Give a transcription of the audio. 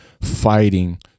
fighting